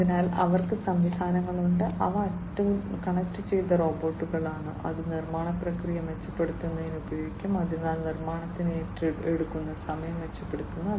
അതിനാൽ അവർക്ക് സംവിധാനങ്ങളുണ്ട് അവ കണക്റ്റുചെയ്ത റോബോട്ടുകളാണ് അത് നിർമ്മാണ പ്രക്രിയ മെച്ചപ്പെടുത്തുന്നതിന് ഉപയോഗിക്കാം അതിനാൽ നിർമ്മാണത്തിന് എടുക്കുന്ന സമയം മെച്ചപ്പെടുത്തുന്നു